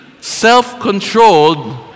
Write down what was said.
self-controlled